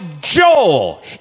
Joel